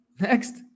Next